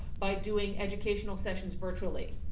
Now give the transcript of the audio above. by doing educational sessions virtually,